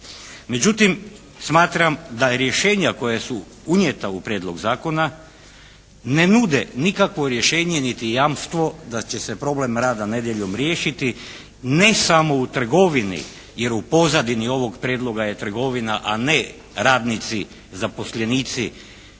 Međutim, smatram da rješenja koja su unijeta u prijedlog zakona ne nude nikakvo rješenje niti jamstvo da će se problem rada nedjeljom riješiti ne samo u trgovini. Jer u pozadini ovog prijedloga je trgovina, a ne radnici, zaposlenici